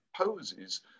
poses